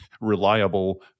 reliable